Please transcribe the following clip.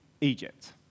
Egypt